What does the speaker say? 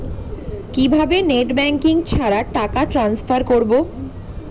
কিভাবে net banking ছাড়া টাকা ট্রান্সফার করবো?